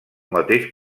mateix